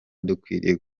dukwiriye